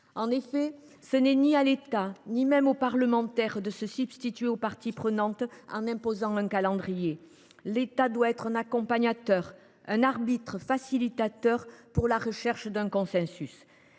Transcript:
En effet, ce n’est ni à l’État ni même aux parlementaires de se substituer aux parties prenantes en imposant un calendrier. L’État doit être un accompagnateur, un arbitre facilitateur de la recherche d’un consensus.